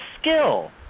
skill